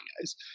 guys